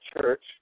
church